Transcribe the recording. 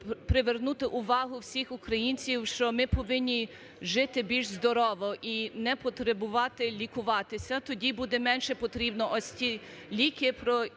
привернути увагу всіх українців, що ми повинні жити більш здорово і не потребувати лікуватися, тоді буде менше потрібно ось ті ліки,